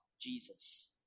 Jesus